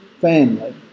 family